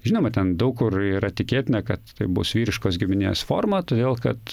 žinoma ten daug kur yra tikėtina kad tai bus vyriškos giminės forma todėl kad